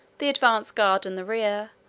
the advanced guard and the rear,